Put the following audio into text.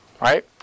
Right